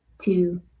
two